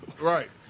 Right